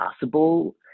possible